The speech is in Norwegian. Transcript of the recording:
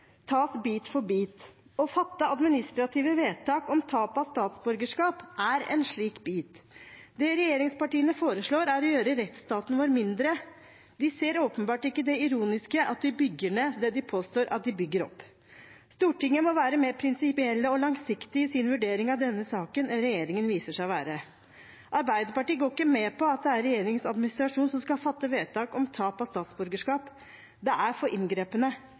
tas bit for bit. Å fatte administrative vedtak om tap av statsborgerskap er en slik bit. Det regjeringspartiene foreslår, er å gjøre rettsstaten vår mindre. De ser åpenbart ikke det ironiske i at de bygger ned det de påstår at de bygger opp. Stortinget må være mer prinsipiell og langsiktig i sin vurdering av denne saken enn regjeringen viser seg å være. Arbeiderpartiet går ikke med på at det er regjeringens administrasjon som skal fatte vedtak om tap av statsborgerskap – det er for